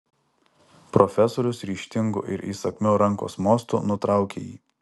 profesorius ryžtingu ir įsakmiu rankos mostu nutraukė jį